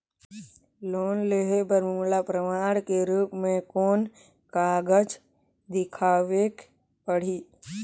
Loan लेहे बर मोला प्रमाण के रूप में कोन कागज दिखावेक पड़ही?